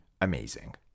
amazing